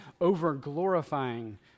over-glorifying